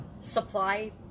supply